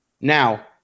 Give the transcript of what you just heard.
Now